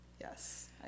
Yes